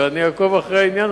ואני אעקוב אחרי העניין.